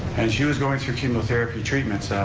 as she was going through chemotherapy treatments,